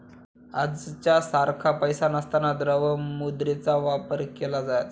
आजच्या सारखा पैसा नसताना द्रव्य मुद्रेचा वापर केला जायचा